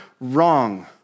wrong